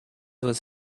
was